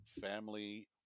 family